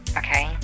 okay